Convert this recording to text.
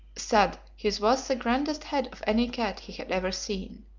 said his was the grandest head of any cat he had ever seen.